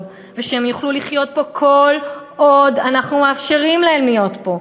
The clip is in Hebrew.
ושהם יוכלו לחיות פה כל עוד אנחנו מאפשרים להם להיות פה.